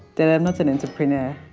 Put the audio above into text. that i'm not an entrepreneur